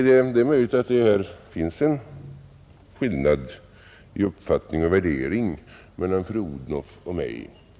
Det är möjligt att det här finns en skillnad i uppfattning och värdering mellan fru Odhnoff och mig.